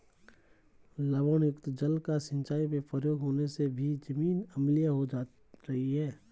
लवणयुक्त जल का सिंचाई में प्रयोग होने से भी जमीन अम्लीय हो जा रही है